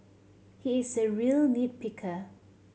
he is a real nit picker